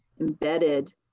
embedded